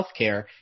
healthcare